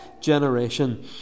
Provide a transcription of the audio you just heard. generation